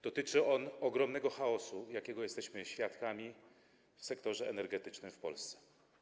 Dotyczy on ogromnego chaosu, jakiego jesteśmy świadkami, w sektorze energetycznym w Polsce.